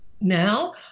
Now